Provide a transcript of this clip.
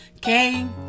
Came